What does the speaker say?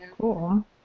Cool